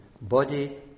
body